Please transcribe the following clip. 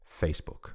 Facebook